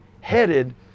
headed